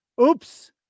Oops